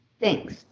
Thanks